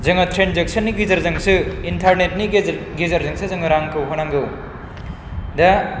जोङो ट्रेनजेकसननि गेजेरजोंसो इन्टारनेटनि गेजेर गेजेरजोंसो जोङो रांखौ होनांगौ दा